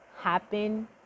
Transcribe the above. happen